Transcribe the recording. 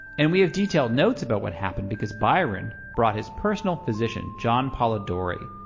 and we have detailed notes about what happened because byron brought his personal physician, john polidori,